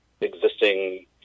existing